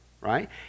right